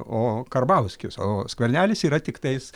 o karbauskis o skvernelis yra tiktais